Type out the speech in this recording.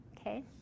Okay